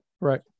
Right